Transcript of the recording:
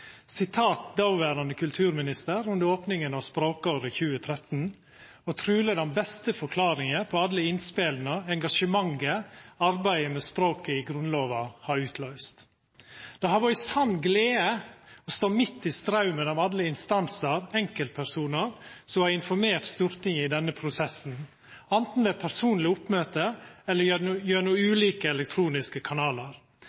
truleg den beste forklaringa på alle innspela og engasjementet arbeidet med språket i Grunnlova har utløyst. Det har vore ei sann glede å stå midt i straumen av alle instansar og enkeltpersonar som har informert Stortinget i denne prosessen – anten ved personleg oppmøte eller gjennom